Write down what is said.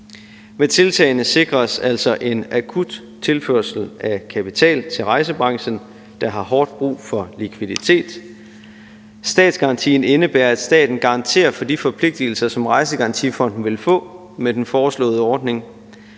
Med tiltagene sikres altså en akut tilførsel af kapital til rejsebranchen, der har hårdt brug for likviditet. Statsgarantien indebærer, at staten garanterer for de forpligtelser, som Rejsegarantifonden vil få med den foreslåede ordning.